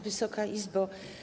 Wysoka Izbo!